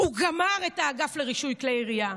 הוא גמר את האגף לרישוי כלי ירייה.